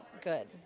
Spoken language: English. good